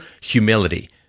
humility